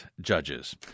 judges